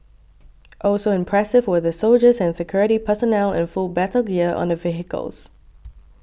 also impressive were the soldiers and security personnel in full battle gear on the vehicles